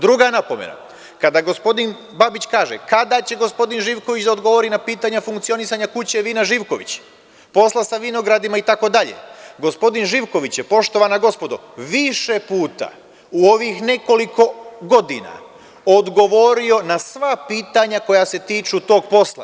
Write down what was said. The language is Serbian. Druga napomena, kada gospodin Babić kaže – kada će gospodin Živković da odgovori na pitanja funkcionisanja „Kuće vina Živković“, posla sa vinogradima itd, gospodin Živković je, poštovana gospodo, više puta u ovih nekoliko godina odgovorio na sva pitanja koja se tiču tog posla.